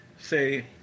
say